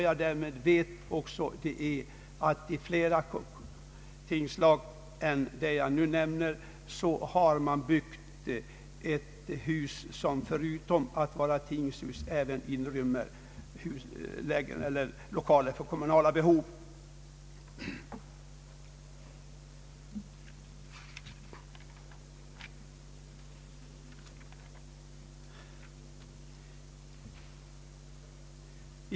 Jag vet att i fler tingslag än det jag nu nämnt har man byggt hus som förutom att vara tingshus även inrymmer lokaler för kommunala behov.